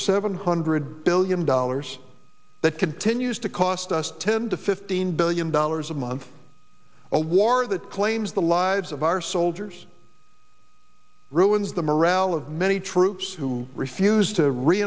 seven hundred billion dollars that continues to cost us ten to fifteen billion dollars a month a war that claims the lives of our soldiers ruins the morale of many troops who refuse to re